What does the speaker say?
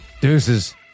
Deuces